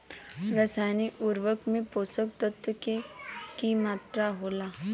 रसायनिक उर्वरक में पोषक तत्व के की मात्रा होला?